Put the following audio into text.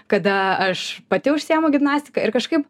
kada aš pati užsiėmu gimnastika ir kažkaip